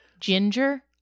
Ginger